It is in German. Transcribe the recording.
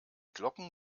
glocken